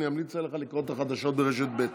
אני אמליץ עליך לקרוא את החדשות ברשת ב'.